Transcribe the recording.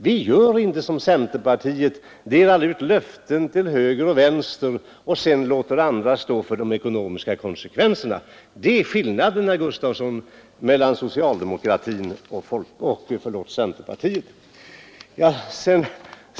Vi gör inte som centerpartiet — delar ut löften till höger och vänster och sedan låter andra stå för de ekonomiska konsekvenserna. Det är skillnaden, herr Gustavsson, mellan socialdemokratin och centerpartiet.